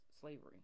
slavery